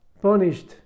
punished